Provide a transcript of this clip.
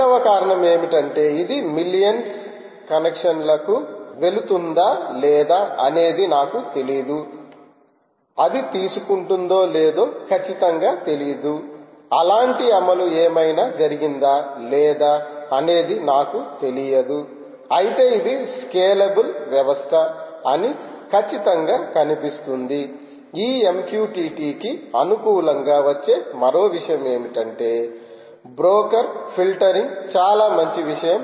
రెండవ కారణం ఏమిటంటే ఇది మిలియన్ల కనెక్షన్లకు వెళుతుందా లేదా అనేది నాకు తెలియదు అది తీసుకుంటుందో లేదో ఖచ్చితంగా తెలియదు అలాంటి అమలు ఏమైనా జరిగిందా లేదా అనేది నాకు తెలియదు అయితే ఇది స్కేలబుల్ వ్యవస్థ అని ఖచ్చితంగా కనిపిస్తుంది ఈ MQTT కి అనుకూలంగా వచ్చే మరో విషయం ఏమిటంటే బ్రోకర్ ఫిల్టరింగ్ చాలా మంచి విషయం